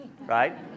Right